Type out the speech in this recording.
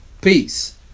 peace